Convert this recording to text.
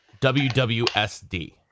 WWSD